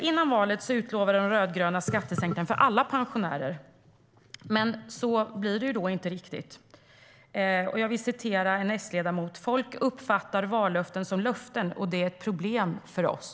Före valet utlovade de rödgröna skattesänkningar för alla pensionärer, men så blir det alltså inte riktigt. Jag vill upprepa en tidigare S-ledamots ord: Folk uppfattar vallöften som löften, och det är ett problem för oss.